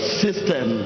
system